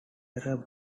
error